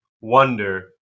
wonder